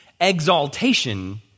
exaltation